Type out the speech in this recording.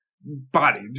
body